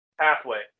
pathway